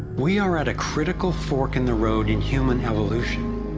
we are at a critical fork in the road in human evolution.